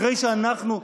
אחרי שאנחנו,